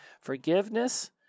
Forgiveness